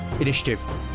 Initiative